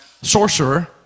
sorcerer